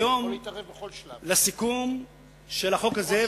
לסיכום של החוק הזה,